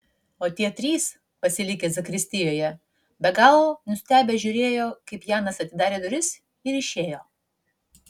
o tie trys pasilikę zakristijoje be galo nustebę žiūrėjo kaip janas atidarė duris ir išėjo